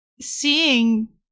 seeing